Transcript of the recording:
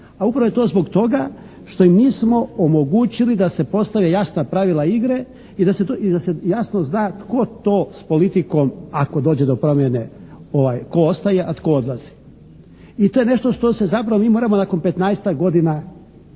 a upravo je to zbog toga što im nismo omogućili da se postave jasna pravila igre i da se jasno zna tko to s politikom, ako dođe do promjene, tko ostaje, a tko odlazi. I to je nešto što se zapravo mi moramo nakon 15-ak godina života